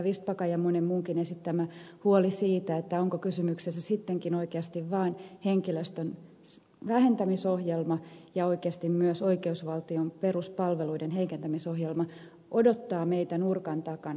vistbackan ja monen muunkin esittämä huoli siitä onko kysymyksessä sittenkin oikeasti vaan henkilöstön vähentämisohjelma ja oikeasti myös oikeusvaltion peruspalveluiden heikentämisohjelma odottaa meitä nurkan takana